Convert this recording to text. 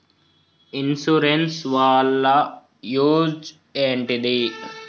Insurance వాళ్ల use ఏంటిది?